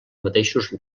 mateixos